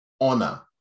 honor